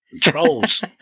Trolls